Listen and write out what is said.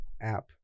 app